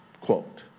Quote